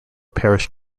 parish